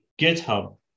GitHub